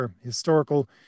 historical